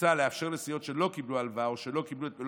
מוצע לאפשר לסיעות שלא קיבלו הלוואה או שלא קיבלו את מלוא